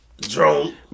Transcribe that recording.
Drone